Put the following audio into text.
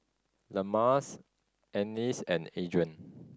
Lemma's Ennis and Adrien